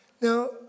Now